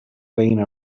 playing